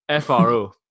fro